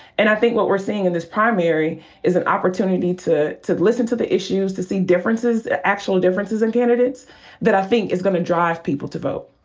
and i think what we're seeing in this primary is an opportunity to to listen to the issues, to see differences, actual differences in candidates that i think is gonna drive people to vote.